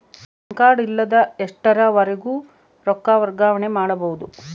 PAN card ಇಲ್ಲದ ಎಷ್ಟರವರೆಗೂ ರೊಕ್ಕ ವರ್ಗಾವಣೆ ಮಾಡಬಹುದು?